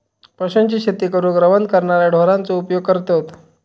पशूंची शेती करूक रवंथ करणाऱ्या ढोरांचो उपयोग करतत